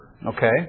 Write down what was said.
Okay